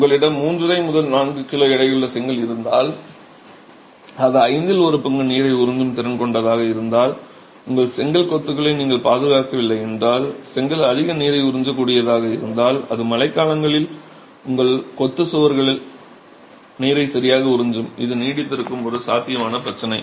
உங்களிடம் மூன்றரை முதல் 4 கிலோ எடையுள்ள செங்கல் இருந்தால் அது ஐந்தில் ஒரு பங்கு நீரை உறிஞ்சும் திறன் கொண்டதாக இருந்தால் உங்கள் செங்கல் கொத்துகளை நீங்கள் பாதுகாக்கவில்லை என்றால் செங்கல் அதிக நீரை உறிஞ்சக்கூடியதாக இருந்தால் அது மழைக்காலங்களில் உங்கள் கொத்து சுவர்கள் நீரை சரியாக உறிஞ்சும் இது நீடித்திருக்கும் ஒரு சாத்தியமான பிரச்சனை